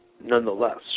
nonetheless